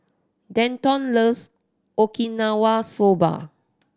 Denton loves Okinawa Soba